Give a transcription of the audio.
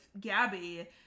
Gabby